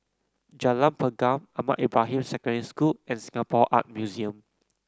Jalan Pergam Ahmad Ibrahim Secondary School and Singapore Art Museum